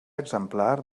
exemplar